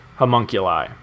homunculi